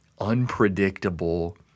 unpredictable